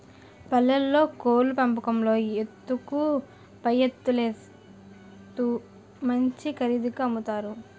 పల్లెల్లో కోళ్లు పెంపకంలో ఎత్తుకు పైఎత్తులేత్తు మంచి ఖరీదుకి అమ్ముతారు